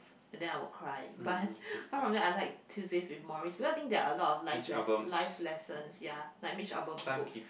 and then I would cry but apart from that I like Tuesdays with Morrie because I think there's a lot of life less~ life's lessons ya like Mitch-Albom's books